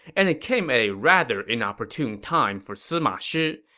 and it came at a rather inopportune time for sima shi.